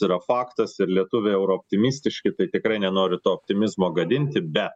yra faktas ir lietuviai euro optimistiški tai tikrai nenoriu to optimizmo gadinti bet